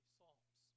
Psalms